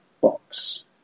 box